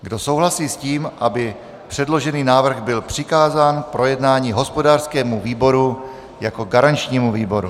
Kdo souhlasí s tím, aby předložený návrh byl přikázán k projednání hospodářskému výboru jako garančnímu výboru?